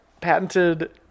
patented